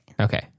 Okay